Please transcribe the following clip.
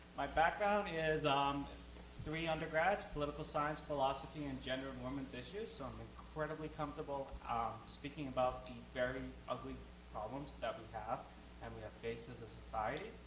my background is um three undergrads, political science, philosophy and gender and women's issues. so i'm incredibly comfortable speaking about the very ugly problems that we have and we have faced as a society.